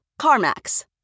CarMax